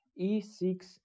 e6